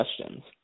questions